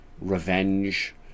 revenge